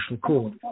court